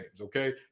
okay